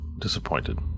disappointed